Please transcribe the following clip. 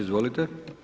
Izvolite.